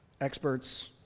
experts